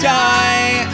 die